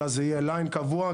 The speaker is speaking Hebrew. אלא זה יהיה ליין קבוע,